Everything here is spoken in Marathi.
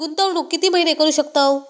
गुंतवणूक किती महिने करू शकतव?